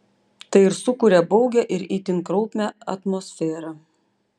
tai ir sukuria baugią ir itin kraupią atmosferą